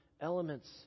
elements